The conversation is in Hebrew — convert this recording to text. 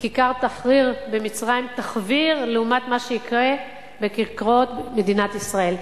כיכר תחריר במצרים תחוויר לעומת מה שיקרה בכיכרות מדינת ישראל,